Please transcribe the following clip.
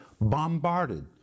bombarded